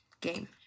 game